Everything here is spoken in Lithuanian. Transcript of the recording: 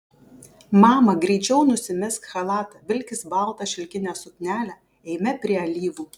mama greičiau nusimesk chalatą vilkis baltą šilkinę suknelę eime prie alyvų